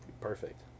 perfect